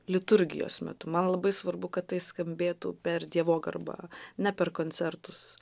liturgijos metu man labai svarbu kad tai skambėtų per dievogarbą ne per koncertus